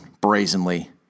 brazenly